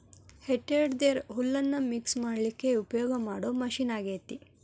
ಹೇ tedder ಹುಲ್ಲನ್ನ mix ಮಾಡ್ಲಿಕ್ಕೆ ಉಪಯೋಗ ಮಾಡೋ ಮಷೇನ್ ಆಗೇತಿ